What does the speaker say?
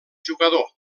jugador